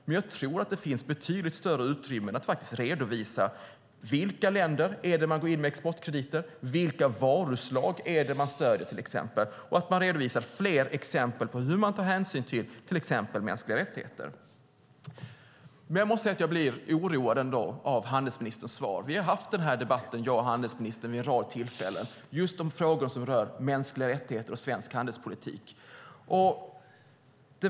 Men jag tror att det finns betydligt större utrymme att redovisa i vilka länder man går in med exportkrediter, vilka varuslag man stöder och fler exempel på hur man tar hänsyn till mänskliga rättigheter. Jag måste säga att jag blir oroad av handelsministerns svar. Jag och handelsministern har haft den här debatten vid en rad tillfällen, just om frågor som rör mänskliga rättigheter och svensk handelspolitik.